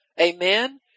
Amen